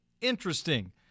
Interesting